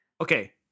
Okay